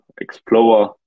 Explorer